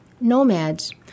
nomads